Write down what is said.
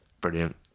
Brilliant